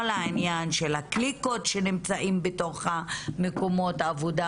כל העניין של הקליקות שנמצאות בתוך מקומות העבודה,